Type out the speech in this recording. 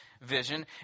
vision